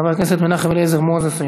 חבר הכנסת מנחם אליעזר מוזס,